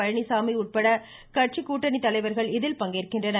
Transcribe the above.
பழனிசாமி உட்பட கூட்டணி கட்சி தலைவர்கள் இதில் பங்கேற்கின்றனர்